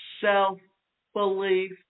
self-belief